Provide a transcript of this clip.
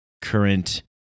current